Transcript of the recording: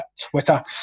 Twitter